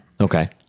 Okay